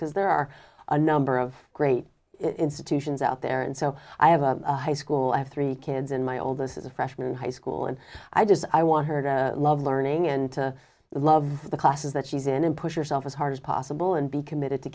because there are a number of great institutions out there and so i have a high school i have three kids in my all this is a freshman in high school and i just i want her to love learning and to love the classes that she's in and push yourself as hard as possible and be committed to